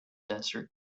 desert